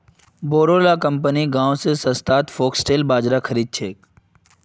बोरो ला कंपनि गांव स सस्तात फॉक्सटेल बाजरा खरीद छेक